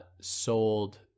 sold